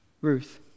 Ruth